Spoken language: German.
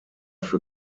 für